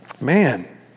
man